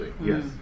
Yes